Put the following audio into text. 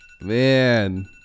man